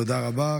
תודה רבה.